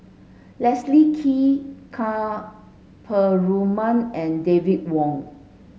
Leslie Kee Ka Perumal and David Wong